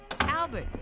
Albert